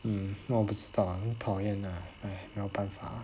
um 那我不知道 ah 很讨厌 ah !hais! 没有办法